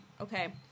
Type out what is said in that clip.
okay